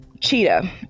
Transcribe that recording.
Cheetah